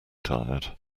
tired